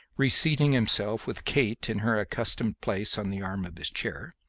reseating himself, with kate in her accustomed place on the arm of his chair,